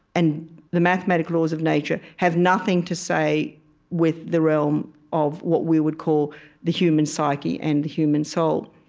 and the mathematical laws of nature have nothing to say with the realm of what we would call the human psyche and the human soul.